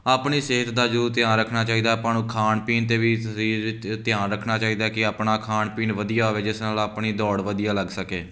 ਆਪਣੀ ਸਿਹਤ ਦਾ ਜੋ ਧਿਆਨ ਰੱਖਣਾ ਚਾਹੀਦਾ ਆਪਾਂ ਨੂੰ ਖਾਣ ਪੀਣ 'ਤੇ ਵੀ ਸਰੀਰ ਧਿਆਨ ਰੱਖਣਾ ਚਾਹੀਦਾ ਕਿ ਆਪਣਾ ਖਾਣ ਪੀਣ ਵਧੀਆ ਹੋਵੇ ਜਿਸ ਨਾਲ ਆਪਣੀ ਦੌੜ ਵਧੀਆ ਲੱਗ ਸਕੇ